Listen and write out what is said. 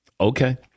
Okay